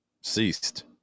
ceased